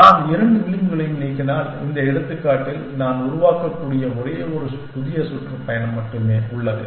நான் இரண்டு விளிம்புகளையும் நீக்கினால் இந்த எடுத்துக்காட்டில் நான் உருவாக்கக்கூடிய ஒரே ஒரு புதிய சுற்றுப்பயணம் மட்டுமே உள்ளது